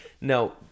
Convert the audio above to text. No